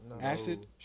Acid